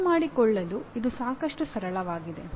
ಅರ್ಥಮಾಡಿಕೊಳ್ಳಲು ಇದು ಸಾಕಷ್ಟು ಸರಳವಾಗಿದೆ